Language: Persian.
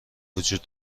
وجود